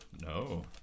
no